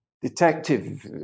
detective